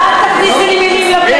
אל תכניסי לי מילים לפה.